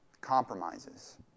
compromises